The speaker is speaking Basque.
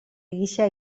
gisa